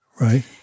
right